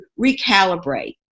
recalibrate